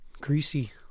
Greasy